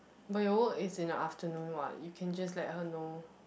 but your work is in the afternoon [what] you just can let her know